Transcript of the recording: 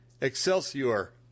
Excelsior